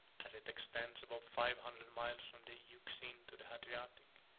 as it extends above five hundred miles from the euxine to the hadriatic,